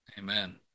Amen